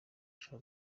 bashaka